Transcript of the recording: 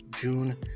June